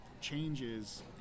changes